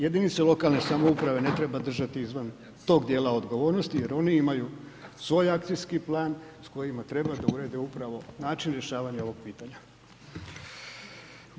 Jedinice lokalne samouprave ne treba držati izvan tog dijela odgovornosti jer oni imaju svoj akcijski plan s kojima treba da urede upravo način rješavanja ovog pitanja.